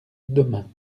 demain